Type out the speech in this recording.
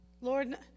Lord